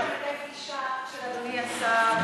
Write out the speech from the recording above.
קודם כול נתאם פגישה של אדוני השר עם לשכת עורכי-הדין.